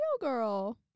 girl